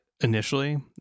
initially